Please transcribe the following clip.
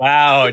Wow